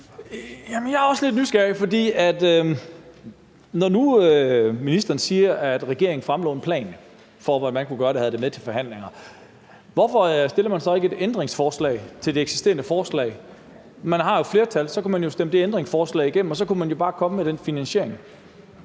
Jeg er også lidt nysgerrig, for når nu ministeren siger, at regeringen fremlagde en plan for, hvad man kunne gøre, og havde den med til forhandlingerne, hvorfor stiller man så ikke et ændringsforslag til det eksisterende forslag? Man har jo flertal, så man kunne jo stemme det ændringsforslag igennem, og så kunne man bare komme med finansieringen.